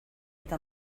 eta